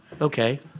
Okay